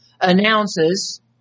announces